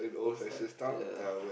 old style ya